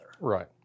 Right